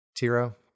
Tiro